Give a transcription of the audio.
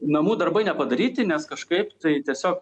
namų darbai nepadaryti nes kažkaip tai tiesiog